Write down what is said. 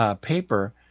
paper